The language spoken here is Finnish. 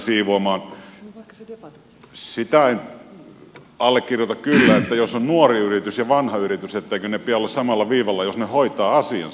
sitä en allekirjoita kyllä että jos on nuori yritys ja vanha yritys etteikö niiden pidä olla samalla viivalla jos ne hoitavat asiansa